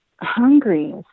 hungry